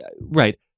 right